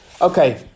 Okay